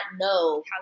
know-